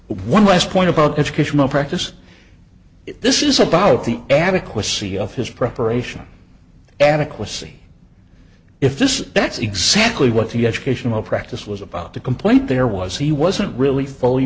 one last point about education of practice this is about the adequacy of his preparation adequacy if this that's exactly what the educational practice was about the complaint there was he wasn't really fully